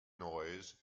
noise